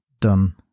done